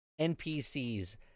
NPCs